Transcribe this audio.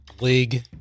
league